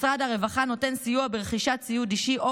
משרד הרווחה נותן סיוע ברכישת ציוד אישי או